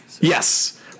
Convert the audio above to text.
Yes